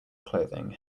clothing